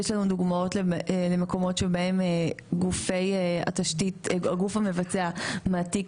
יש לנו דוגמאות למקומות שבהם הגוף המבצע מעתיק